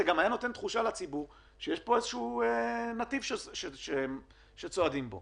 זה היה גם נותן תחושה לציבור שיש נתיב שצועדים בו